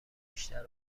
بیشتر